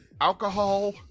Alcohol